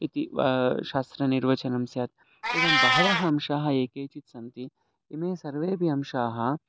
इति व शास्त्रनिर्वचनं स्यात् एवं बहवः अंशाः ये केचित् सन्ति इमे सर्वेऽपि अंशाः